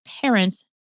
parents